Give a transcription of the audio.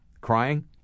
Crying